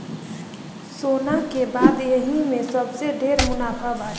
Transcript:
सोना के बाद यही में सबसे ढेर मुनाफा बाटे